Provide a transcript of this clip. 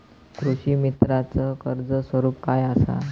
कृषीमित्राच कर्ज स्वरूप काय असा?